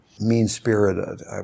mean-spirited